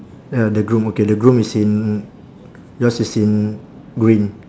ya the groom okay the groom is in yours is in green